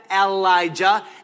Elijah